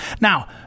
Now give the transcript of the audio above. Now